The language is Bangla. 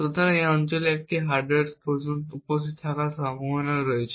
সুতরাং এই অঞ্চলে একটি হার্ডওয়্যার ট্রোজান উপস্থিত থাকার সম্ভাবনা রয়েছে